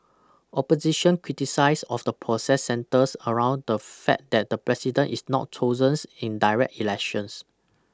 opposition criticise of the process centres around the fact that the president is not chosen in direct elections